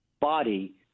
body